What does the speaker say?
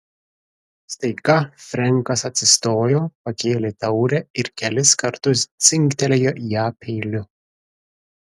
staiga frenkas atsistojo pakėlė taurę ir kelis kartus dzingtelėjo į ją peiliu